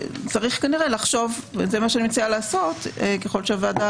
צריך כנראה לחשוב וזה מה שאני מציעה לעשות ככל שהוועדה